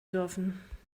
dürfen